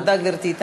תודה, גברתי.